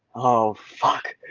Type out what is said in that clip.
oh fuck.